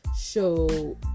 show